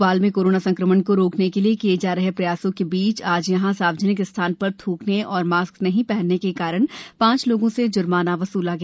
भोपाल में कोरोना संक्रमण को रोकने के लिए किए जा रहे प्रयासों के बीच आज यहां सार्वजनिक स्थान पर थ्कने और मास्क नहीं पहनने के कारण पांच लोगों से जुर्माना वसूला गया